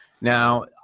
Now